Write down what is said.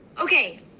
Okay